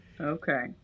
Okay